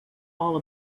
all